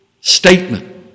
statement